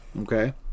Okay